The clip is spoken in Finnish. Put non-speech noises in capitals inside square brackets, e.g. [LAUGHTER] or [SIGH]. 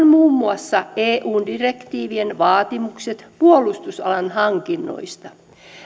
[UNINTELLIGIBLE] muun muassa eun direktiivien vaatimukset puolustusalan hankinnoista